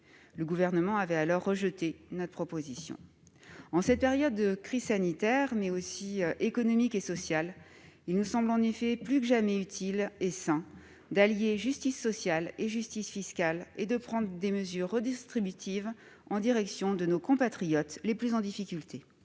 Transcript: Le Gouvernement avait alors rejeté notre proposition. En cette période de crise sanitaire, mais aussi économique et sociale, il nous semble en effet plus que jamais utile et sain d'allier justice sociale et justice fiscale et de prendre des mesures redistributives en direction de nos compatriotes les plus en difficulté.